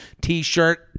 t-shirt